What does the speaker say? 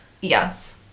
Yes